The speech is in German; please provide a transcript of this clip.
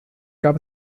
gab